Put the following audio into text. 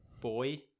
boy